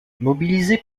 mobilisé